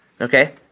Okay